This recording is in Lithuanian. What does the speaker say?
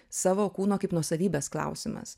savo kūno kaip nuosavybės klausimas